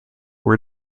were